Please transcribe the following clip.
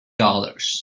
dollars